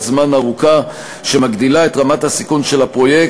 זמן ארוכה שמגדילה את רמת הסיכון של הפרויקט,